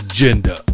Agenda